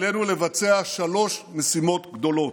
עלינו לבצע שלוש משימות גדולות: